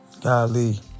Golly